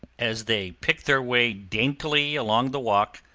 as they pick their way daintily along the walk,